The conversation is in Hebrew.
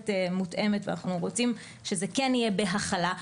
מותאמת ואנחנו רוצים שזה כן יהיה בהכלה,